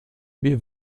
wir